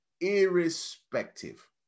irrespective